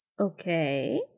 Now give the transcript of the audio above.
Okay